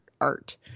art